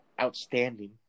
outstanding